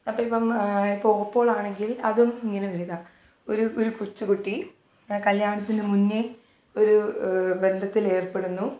അപ്പോൾ ഇപ്പം ഇപ്പോൾ ഓപ്പോളാണെങ്കിൽ അതും ഇങ്ങനൊരു ഇത ഒരു ഒരു കൊച്ചു കുട്ടി കല്യാണത്തിന് മുന്നെ ഒരു ബന്ധത്തിലേർപ്പെടുന്നു